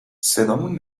صدامون